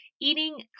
eating